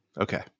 Okay